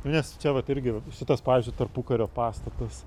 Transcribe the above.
nes čia vat irgi va šitas pavyzdžiui tarpukario pastatas